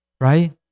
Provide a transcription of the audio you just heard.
right